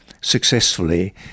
successfully